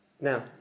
Now